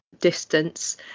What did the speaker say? distance